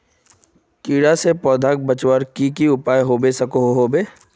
कीड़ा से पौधा बचवार की की उपाय होबे सकोहो होबे?